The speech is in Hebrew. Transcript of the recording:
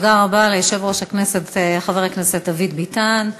תודה רבה ליושב-ראש ועדת הכנסת חבר הכנסת דוד ביטן.